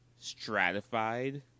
stratified